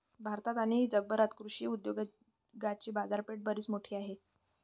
भारतात आणि जगभरात कृषी उद्योगाची बाजारपेठ बरीच मोठी आहे